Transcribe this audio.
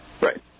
Right